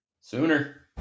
Sooner